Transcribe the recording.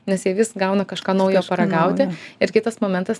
nes jie vis gauna kažką naujo paragauti ir kitas momentas